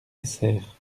essert